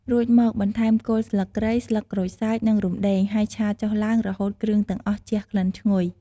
រួចមក បន្ថែមគល់ស្លឹកគ្រៃ ស្លឹកក្រូចសើច និងរំដេង ហើយឆាចុះឡើង រហូតគ្រឿងទាំងអស់ជះក្លិនឈ្ងុយ។